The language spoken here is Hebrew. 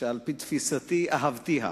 שעל-פי תפיסתי, אהבתיה.